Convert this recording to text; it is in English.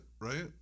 right